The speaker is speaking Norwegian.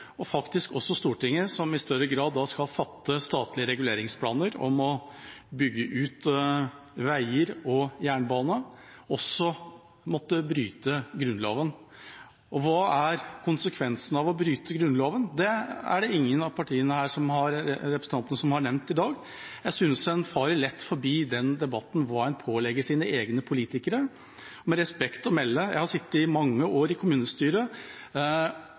og faktisk også Stortinget, som i større grad da skal fatte statlige reguleringsplaner om å bygge ut veier og jernbane – også måtte bryte Grunnloven. Og hva er konsekvensen av å bryte Grunnloven? Det er det ingen av representantene her som har nevnt i dag. Jeg synes en farer for lett forbi den debatten, om hva en pålegger sine egne politikere. Med respekt å melde: Jeg har sittet i mange år i kommunestyret